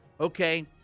okay